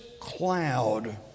cloud